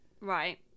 Right